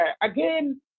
Again